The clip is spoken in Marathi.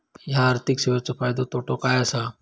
हया आर्थिक सेवेंचो फायदो तोटो काय आसा?